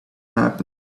happen